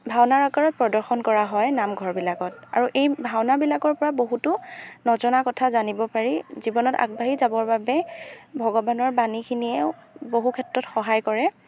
ভাওনাৰ আগৰত প্ৰদৰ্শন কৰা হয় নামঘৰবিলাকত আৰু এই ভাওনাবিলাকৰ পৰা বহুতো নজনা কথা জানিব পাৰি জীৱনত আগবাঢ়ি যাবৰ বাবে ভগৱানৰ বানীখিনিয়েও বহু ক্ষেত্ৰত সহায় কৰে